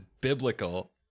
biblical